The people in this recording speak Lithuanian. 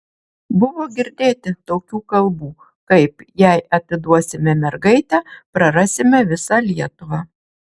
buvo girdėti tokių kalbų kaip jei atiduosime mergaitę prarasime visą lietuvą